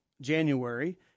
January